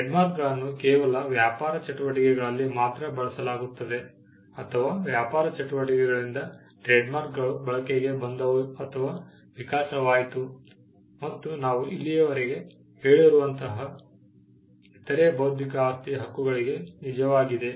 ಟ್ರೇಡ್ಮಾರ್ಕ್ಗಳನ್ನು ಕೇವಲ ವ್ಯಾಪಾರ ಚಟುವಟಿಕೆಗಳಲ್ಲಿ ಮಾತ್ರ ಬಳಸಲಾಗುತ್ತದೆ ಅಥವಾ ವ್ಯಾಪಾರ ಚಟುವಟಿಕೆಗಳಿಂದ ಟ್ರೇಡ್ಮಾರ್ಕ್ಗಳು ಬಳಕೆಗೆ ಬಂದವು ಅಥವಾ ವಿಕಾಸವಾಯಿತು ಮತ್ತು ನಾವು ಇಲ್ಲಿಯವರೆಗೆ ಹೇಳಿರುವಂತಹ ಇತರೆ ಬೌದ್ಧಿಕ ಆಸ್ತಿಯ ಹಕ್ಕುಗಳಿಗೂ ನಿಜವಾಗಿದೆ